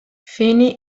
fine